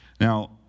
Now